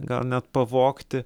gal net pavogti